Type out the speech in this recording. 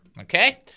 Okay